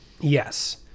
Yes